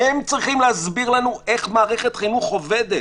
הם צריכים להסביר לנו איך מערכת חינוך עובדת.